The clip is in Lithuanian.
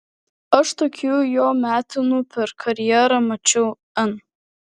aš tokių jo metimų per karjerą mačiau n